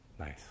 nice